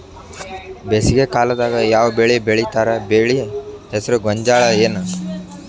ಬೇಸಿಗೆ ಕಾಲದಾಗ ಯಾವ್ ಬೆಳಿ ಬೆಳಿತಾರ, ಬೆಳಿ ಹೆಸರು ಗೋಂಜಾಳ ಏನ್?